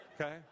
okay